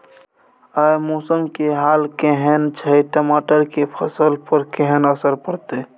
आय मौसम के हाल केहन छै टमाटर के फसल पर केहन असर परतै?